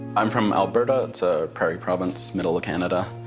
i'm from alberta it's a prairie province, middle of canada,